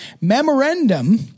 Memorandum